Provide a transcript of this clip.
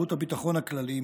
שירות הביטחון הכללי,